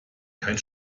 kein